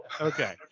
Okay